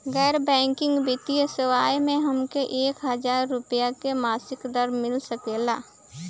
गैर बैंकिंग वित्तीय सेवाएं से हमके एक हज़ार रुपया क मासिक ऋण मिल सकेला?